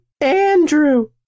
Andrew